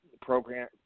program